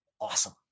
awesome